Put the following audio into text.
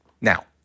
Now